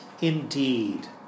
indeed